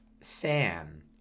sam